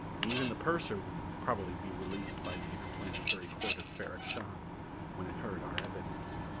and even the purser would probably be released by the interplanetary court of ferrok-shahn when it heard our evidence.